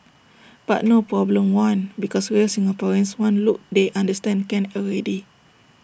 but no problem one because real Singaporeans one look they understand can already